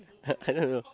I don't know